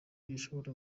gishobora